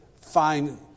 find